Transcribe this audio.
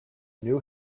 new